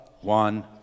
one